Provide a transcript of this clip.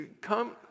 come